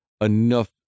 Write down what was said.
enough